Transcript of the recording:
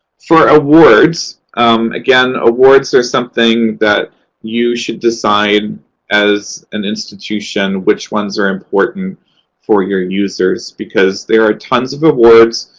for awards again, awards are something that you should decide as an institution which ones are important for your users, because there are tons of awards,